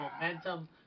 momentum